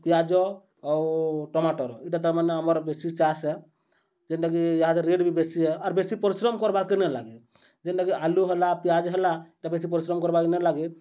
ପିଆଜ ଆଉ ଟମାଟର୍ ଇଟା ତା'ର୍ମାନେ ଆମର୍ ବେଶୀ ଚାଷ୍ ଆଏ ଯେନ୍ଟାକି ଇହାଦେ ରେଟ୍ ବି ବେଶି ଆର୍ ବେଶୀ ପରିଶ୍ରମ କର୍ବାର୍କେ ନାଇଲାଗେ ଯେନ୍ଟାକି ଆଲୁ ହେଲା ପିଆଜ୍ ହେଲା ଇଟା ବେଶୀ ପରିଶ୍ରମ୍ କର୍ବାର୍କେ ନାଇଲାଗେ